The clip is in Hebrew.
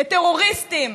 לטרוריסטים,